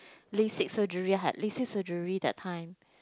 Lasik surgery I had Lasik surgery that time